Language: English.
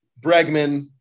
bregman